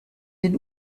den